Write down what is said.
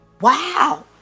wow